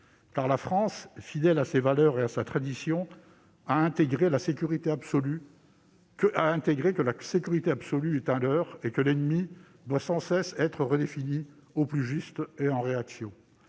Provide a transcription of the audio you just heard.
la France, fidèle à ses valeurs et à sa tradition, a intégré que la sécurité absolue est un leurre et que l'ennemi doit sans cesse être redéfini, au plus juste et en réaction.